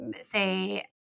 say –